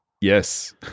Yes